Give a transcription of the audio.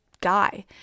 guy